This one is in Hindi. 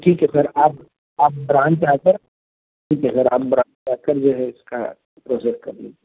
ठीक है सर आप आप ब्रांच आकर ठीक है सर आप ब्रांच आकर जो है इसका प्रोसेस कर लीजिए